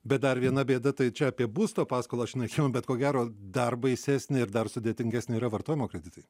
bet dar viena bėda tai čia apie būsto paskolą šnekėjom bet ko gero dar baisesnė ir dar sudėtingesnė yra vartojimo kreditai